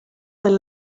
del